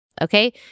Okay